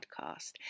podcast